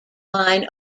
line